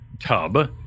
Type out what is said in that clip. tub